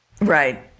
Right